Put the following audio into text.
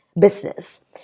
business